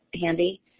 handy